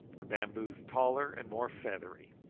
the bamboos taller and more feathery.